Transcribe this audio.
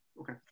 Okay